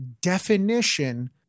definition